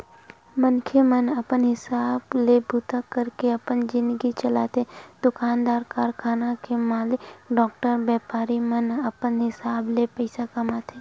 मनखे मन अपन हिसाब ले बूता करके अपन जिनगी चलाथे दुकानदार, कारखाना के मालिक, डॉक्टर, बेपारी मन अपन हिसाब ले पइसा कमाथे